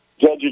Judges